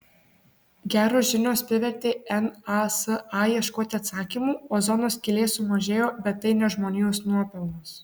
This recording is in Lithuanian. geros žinios privertė nasa ieškoti atsakymų ozono skylė sumažėjo bet tai ne žmonijos nuopelnas